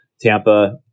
Tampa